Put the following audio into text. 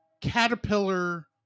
Caterpillar